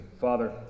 Father